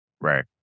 Right